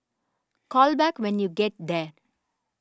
call back when you get there